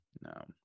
No